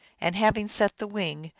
and, having set the wing,